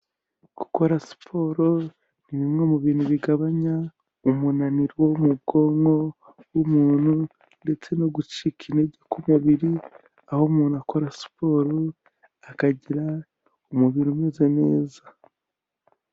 Gukora siporo ni bimwe mu bintu bigabanya umunaniro wo mu bwonko bw'umuntu. Ndetse no gucika intege k'umubiri, aho umuntu akora siporo akagira umubiri umeze neza.